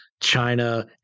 China